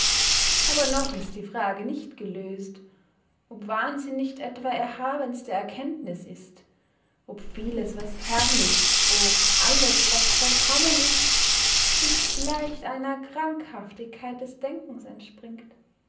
aber noch ist die frage nicht gelöst ob wahnsinn nicht etwa erhabenste erkenntnis ist ob vieles was herrlich ob alles was vollkommen ist nicht vielleicht einer krankhaftigkeit des denkens entspringt